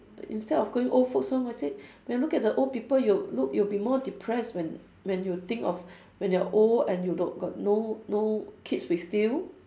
instead of going old folks home I said when look at the old people you will look you will be more depressed when when you think of when you're old and you don't got no no kids with you